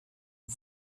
und